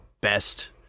best